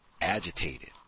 agitated